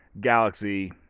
galaxy